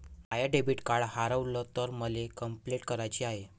माय debit card हारवल तर मले कंपलेंट कराची हाय